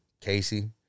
Casey